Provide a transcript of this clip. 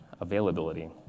availability